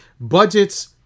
budgets